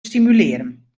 simuleren